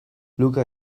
lucca